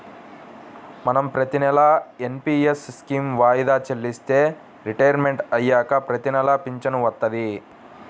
మనం ప్రతినెలా NPS scheme వాయిదా చెల్లిస్తే రిటైర్మంట్ అయ్యాక ప్రతినెలా పింఛను వత్తది